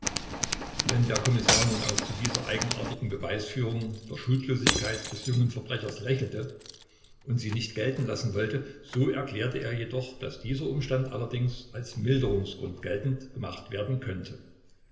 wenn der kommissar nun auch zu dieser eigenartigen beweisführung der schuldlosigkeit des jungen verbrechers lächelte und sie nicht gelten lassen wollte so erklärte er jedoch daß dieser umstand allerdings als milderungsgrund geltend gemacht werden könnte